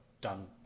done